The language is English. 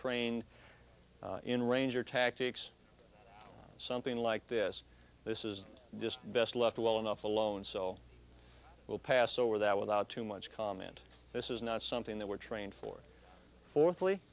trained in ranger tactics something like this this is just best left well enough alone so we'll pass over that without too much comment this is not something that we're trained for four